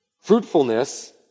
Fruitfulness